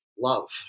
love